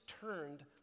turned